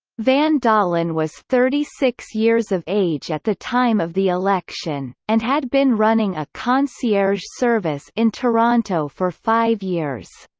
van dalen was thirty six years of age at the time of the election and had been running a concierge service in toronto for five years.